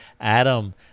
Adam